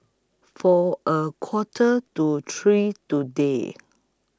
For A Quarter to three today